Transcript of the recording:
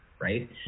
right